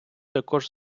також